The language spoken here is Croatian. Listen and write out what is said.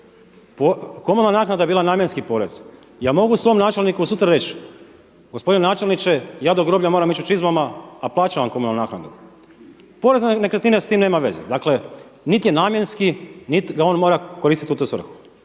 Komunalna naknada je bila namjenski porez. Ja mogu svom načelniku sutra reći – gospodine načelniče, ja do groblja moram ići u čizmama, a plaćam vam komunalnu naknadu. Porez na nekretnine s tim nema veze. Dakle, niti je namjenski, niti ga on mora koristiti u tu svrhu.